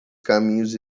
caminhos